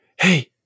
Hey